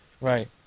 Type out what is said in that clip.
Right